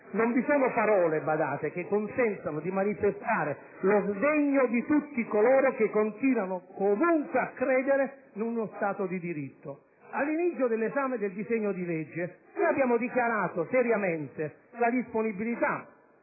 Non vi sono parole che consentano di manifestare lo sdegno di tutti coloro che continuano comunque a credere in uno Stato di diritto! All'inizio dell'esame del disegno di legge abbiamo seriamente dichiarato la nostra disponibilità